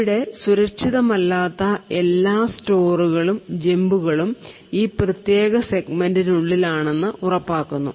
ഇവിടെ സുരക്ഷിതമല്ലാത്ത എല്ലാ സ്റ്റോറുകളും ജമ്പുകളും ഈ പ്രത്യേക സെഗ്മെന്റിനുള്ളിലാണെന്ന് ഉറപ്പാക്കുന്നു